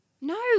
No